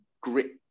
great